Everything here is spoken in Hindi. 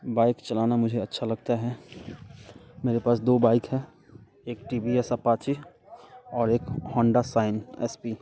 बाइक चलाना मुझे अच्छा लगता है मेरे पास दो बाइक है एक टी वी एस अपाची और एक होंडा साइन एस पी